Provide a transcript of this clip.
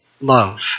love